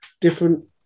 different